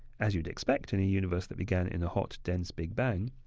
as you would expect in a universe that began in hot, dense big bang,